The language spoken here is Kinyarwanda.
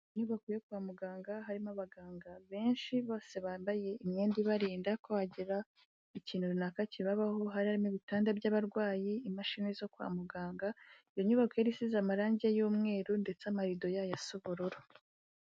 Mu nyubako yo kwa muganga harimo abaganga benshi bose bambaye imyenda ibarinda ko hagira ikintu runaka kibabaho harimo ibitanda by'abarwayi imashini zo kwa muganga, iyo nyubako yari isize amarange y'umweru ndetse amarido yayo asa ubururu.